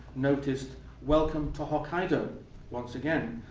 noticed welcome to hokkaido once again.